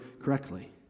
correctly